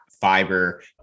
fiber